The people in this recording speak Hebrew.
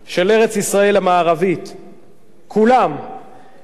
כולם ארץ המולדת של העם היהודי.